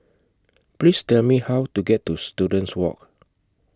Please Tell Me How to get to Students Walk